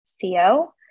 CO